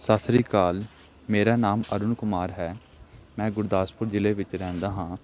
ਸਤਿ ਸ਼੍ਰੀ ਅਕਾਲ ਮੇਰਾ ਨਾਮ ਅਰੁਣ ਕੁਮਾਰ ਹੈ ਮੈਂ ਗੁਰਦਾਸਪੁਰ ਜ਼ਿਲ੍ਹੇ ਵਿੱਚ ਰਹਿੰਦਾ ਹਾਂ